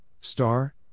star